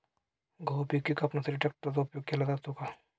गहू पिके कापण्यासाठी ट्रॅक्टरचा उपयोग केला जातो का?